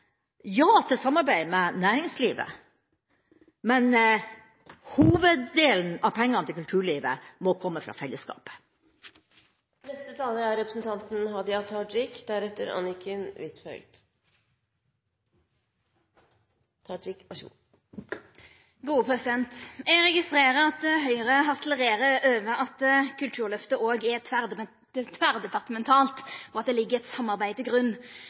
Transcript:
Ja til samarbeid med næringslivet – men hoveddelen av pengene til kulturlivet må komme fra fellesskapet. Eg registrerer at Høgre harselerer over at Kulturløftet òg er tverrdepartementalt, og at det ligg eit samarbeid til grunn.